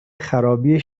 خرابی